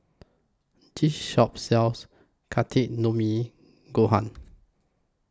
This Shop sells Gohan